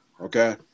okay